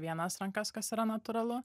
vienas rankas kas yra natūralu